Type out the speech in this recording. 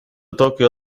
tokyo